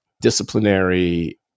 disciplinary